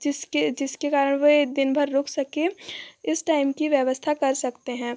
जिसकी जिसके कारण वे दिनभर रुक सकें इस टाइम की व्यवस्था कर सकते हैं